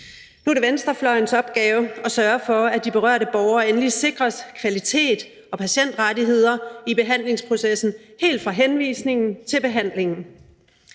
Nu er det venstrefløjens opgave at sørge for, at de berørte borgere endelig sikres kvalitet og patientrettigheder i behandlingsprocessen helt fra henvisningen til behandlingen.